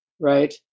right